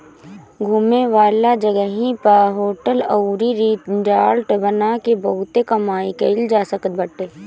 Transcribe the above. घूमे वाला जगही पअ होटल अउरी रिजार्ट बना के बहुते कमाई कईल जा सकत बाटे